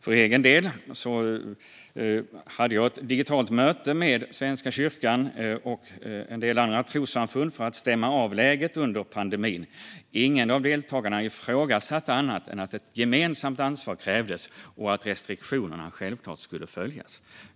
För egen del hade jag ett digitalt möte med Svenska kyrkan och en del andra trossamfund för att stämma av läget under pandemin. Ingen av deltagarna ifrågasatte att ett gemensamt ansvar krävdes och att restriktionerna självklart skulle följas.